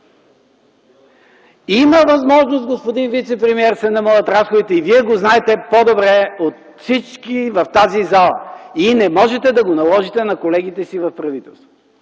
Има възможност, господин вицепремиер, да се намалят разходите, и Вие го знаете по-добре от всички в тази зала. И не можете да го наложите на колегите си в правителството.